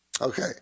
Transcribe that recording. Okay